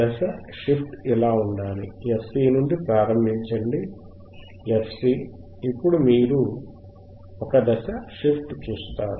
దశ షిఫ్ట్ ఇలా ఉండాలి fc నుండి ప్రారంభించండి fC అప్పుడు మీరు ఒక దశ షిఫ్ట్ చూస్తారు